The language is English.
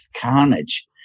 carnage